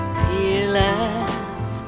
fearless